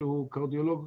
שהוא קרדיולוג